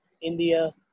India